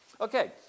Okay